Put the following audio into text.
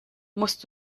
musst